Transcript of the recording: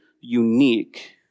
unique